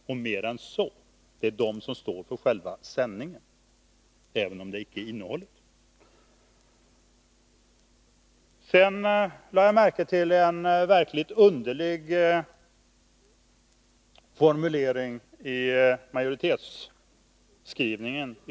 Och mer än så — det är de som står för själva sändningen, om än inte för innehållet. Jag har lagt märke till en verkligt underlig formulering i majoritetsskrivningen.